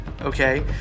Okay